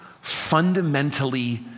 fundamentally